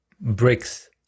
bricks